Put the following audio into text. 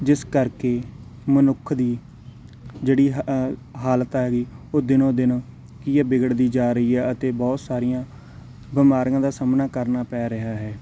ਜਿਸ ਕਰਕੇ ਮਨੁੱਖ ਦੀ ਜਿਹੜੀ ਹ ਅ ਹਾਲਤ ਹੈਗੀ ਉਹ ਦਿਨੋ ਦਿਨ ਕੀ ਆ ਵਿਗੜਦੀ ਜਾ ਰਹੀ ਹੈ ਅਤੇ ਬਹੁਤ ਸਾਰੀਆਂ ਬਿਮਾਰੀਆਂ ਦਾ ਸਾਹਮਣਾ ਕਰਨਾ ਪੈ ਰਿਹਾ ਹੈ